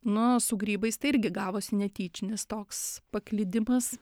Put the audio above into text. nu o su grybais tai irgi gavosi netyčinis toks paklydimas